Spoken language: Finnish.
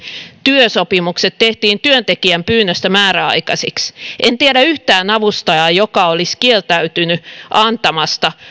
työsopimukset tehtiin työntekijän pyynnöstä määräaikaisiksi en tiedä yhtään avustajaa joka olisi kieltäytynyt antamasta